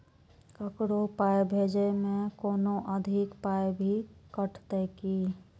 ककरो पाय भेजै मे कोनो अधिक पाय भी कटतै की?